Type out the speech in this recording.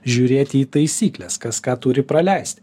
žiūrėti į taisykles kas ką turi praleisti